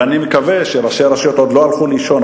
ואני מקווה שראשי הרשויות עוד לא הלכו לישון,